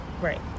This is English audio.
Right